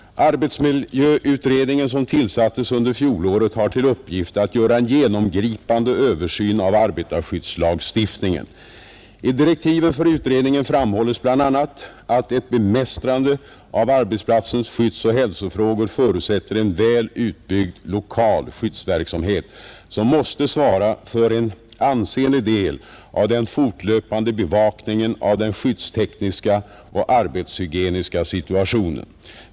Arbetsmiljöutredningen, som tillsattes under fjolåret, har till uppgift att göra en genomgripande översyn av arbetarskyddslagstiftningen. I direktiven för utredningen framhjllis bl.a. att ett bemästrande av arbetsplatsens skyddsoch hälsofrågor förutsätter en väl utbyggd lokal skyddsverksamhet, som måste svara för en ansenlig del av den fortlöpande bevakningen av den skyddstekniska och arbetshygieniska situationen.